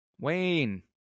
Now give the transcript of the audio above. Wayne